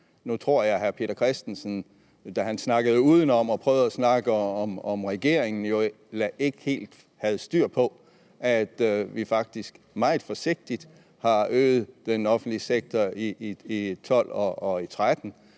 Nu tror jeg, at hr. Peter Christensen, da han snakkede udenom og om regeringen, ikke helt havde styr på, at vi faktisk meget forsigtigt havde øget den offentlige sektor i 2012 og 2013.